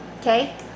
okay